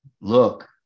look